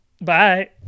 bye